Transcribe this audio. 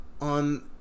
on